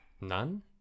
none